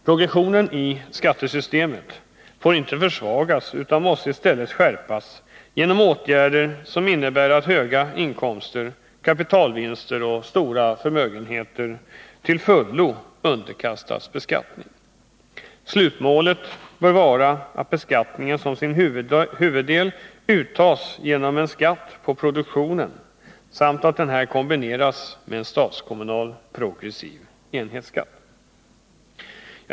Progressionen i skattesystemet får inte försvagas utan måste i stället skärpas genom åtgärder som innebär att höga inkomster, kapitalvinster och stora förmögenheter till fullo underkastas beskattning. Slutmålet bör vara att beskattningens huvuddel uttas genom en skatt på produktionen samt att denna kombineras med en stats-kommunal progressiv enhetsskatt.